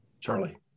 Charlie